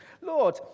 Lord